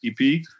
EP